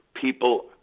People